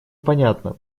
понятно